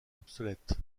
obsolètes